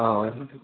অঁ হয়